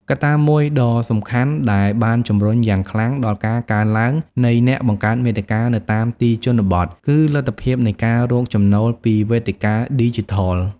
កត្តាមួយដ៏សំខាន់ដែលបានជំរុញយ៉ាងខ្លាំងដល់ការកើនឡើងនៃអ្នកបង្កើតមាតិកានៅតាមទីជនបទគឺ លទ្ធភាពនៃការរកចំណូលពីវេទិកាឌីជីថល។